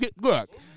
look-